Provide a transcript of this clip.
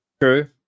true